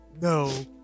No